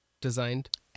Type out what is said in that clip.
designed